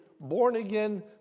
born-again